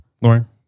Lauren